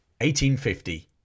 1850